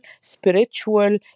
spiritual